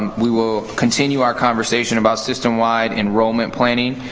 and we will continue our conversation about system-wide enrollment planning.